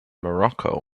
morocco